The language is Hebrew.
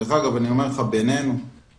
דרך אגב, בינינו אני אומר לך,